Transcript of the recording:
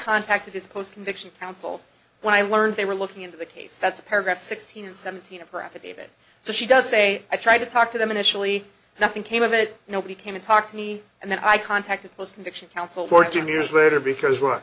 contacted his post conviction counsel when i learned they were looking into the case that's paragraph sixteen and seventeen of her affidavit so she does say i tried to talk to them initially nothing came of it nobody came to talk to me and then i contacted post conviction counsel fourteen years later because we're